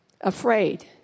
afraid